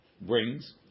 brings